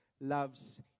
Loves